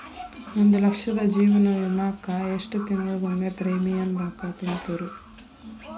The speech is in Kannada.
ಒಂದ್ ಲಕ್ಷದ ಜೇವನ ವಿಮಾಕ್ಕ ಎಷ್ಟ ತಿಂಗಳಿಗೊಮ್ಮೆ ಪ್ರೇಮಿಯಂ ರೊಕ್ಕಾ ತುಂತುರು?